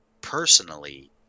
personally